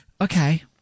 okay